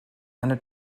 eine